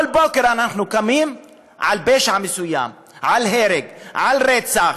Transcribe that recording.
כל בוקר אנחנו קמים לפשע מסוים, להרג, לרצח.